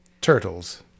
turtles